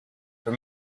for